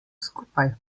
skupaj